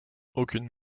aucune